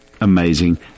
Amazing